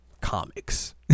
comics